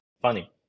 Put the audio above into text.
funny